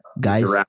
guys